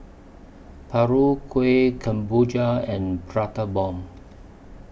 Paru Kueh Kemboja and Prata Bomb